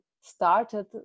started